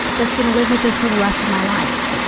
that's going to live with this for the rest of my life,